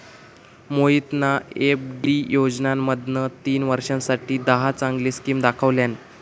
मोहितना एफ.डी योजनांमधना तीन वर्षांसाठी दहा चांगले स्किम दाखवल्यान